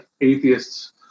atheists